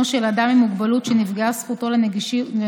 של אדם עם מוגבלות שנפגעה זכותו לנגישות